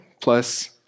plus